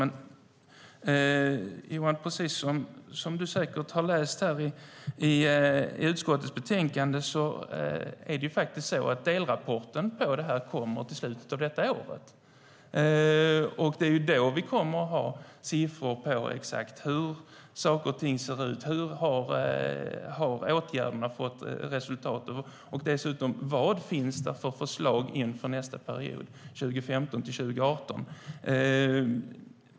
Men, Johan, precis som du säkert har läst i utskottets betänkande kommer delrapporten om detta i slutet av året. Då kommer vi att ha siffror på exakt hur saker och ting ser ut, vilka resultat åtgärderna har fått och dessutom vad det finns för förslag inför nästa period, 2015-2018.